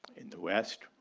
in the west,